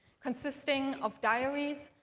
consisting of diaries,